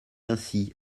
ainsi